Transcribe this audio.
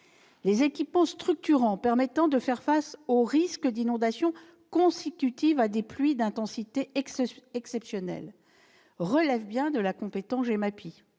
les équipements structurants permettant de faire face aux risques d'inondations consécutives de pluies d'intensité exceptionnelle relèvent bien de la compétence GEMAPI,